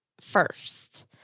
first